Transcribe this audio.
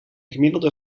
gemiddelde